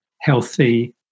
healthy